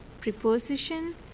preposition